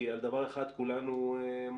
על דבר אחד כולנו מסכימים,